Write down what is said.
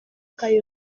kayonza